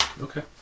Okay